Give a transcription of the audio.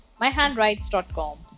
myhandwrites.com